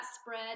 spread